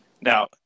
Now